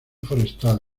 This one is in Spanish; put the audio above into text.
forestal